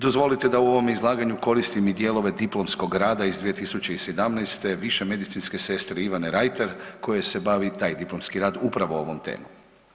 Dozvolite da u ovom izlaganju koristim i dijelove diplomskog rada iz 2017. više medicinske sestre Ivane Rajter koje se bavi taj diplomski rad upravo ovom temom.